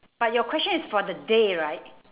but your question is for the day right